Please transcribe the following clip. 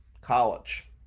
College